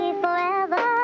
forever